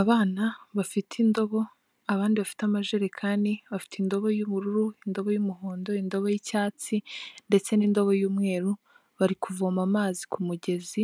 Abana bafite indobo, abandi bafite amajerekani, bafite indobo y'ubururu, indobo y'umuhondo, indobo y'icyatsi ndetse n'indobo y'umweru, bari kuvoma amazi ku mugezi,